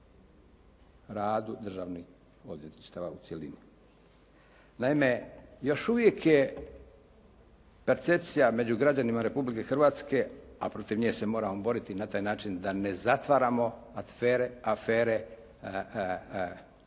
radu državnih odvjetništava u cjelini. Naime, još uvijek je percepcija među građanima Republike Hrvatske, a protiv nje se moramo boriti na taj način da ne zatvaramo afere protekom